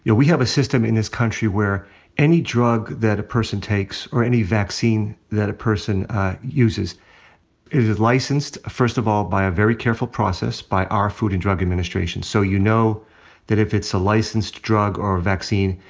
yeah we have a system in this country where any drug that a person takes, or any vaccine that a person uses is is licensed, first of all, by a very careful process by our food and drug administration. so you know that if it's a licensed drug or a vaccine,